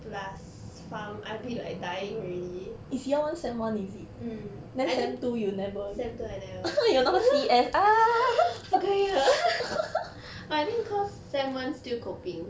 plus pharm I'll be like dying already mm I think sem two I never 不可以了 but I think cause sem one still coping